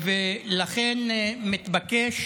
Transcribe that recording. ולכן מתבקש